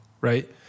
right